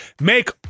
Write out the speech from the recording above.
make